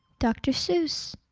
doctor seuss